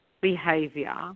behavior